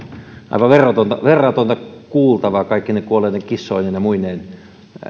aivan verratonta verratonta kuultavaa kaikkine kuolleine kissoineen ja muineen